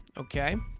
okay?